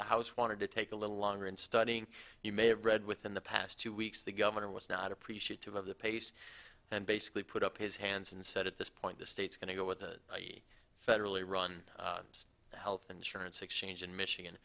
the house wanted to take a little longer and studying you may have read within the past two weeks the governor was not appreciative of the pace and basically put up his hands and said at this point the state's going to go with the federally run health insurance exchange in michigan